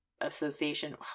association